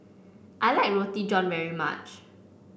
I like Roti John very much